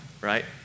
right